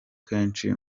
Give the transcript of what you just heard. kenshi